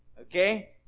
Okay